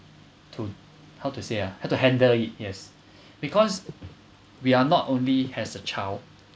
to how to say ah how to handle it yes because we are not only as a child